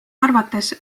arvates